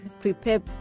prepare